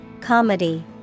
Comedy